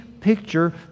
picture